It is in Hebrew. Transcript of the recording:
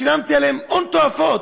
שילמתי עליהם הון תועפות,